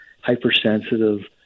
hypersensitive